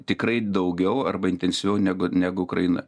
tikrai daugiau arba intensyviau negu negu ukraina